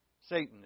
Satan